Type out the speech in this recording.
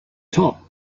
top